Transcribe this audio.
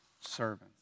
servants